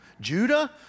Judah